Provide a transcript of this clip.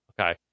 okay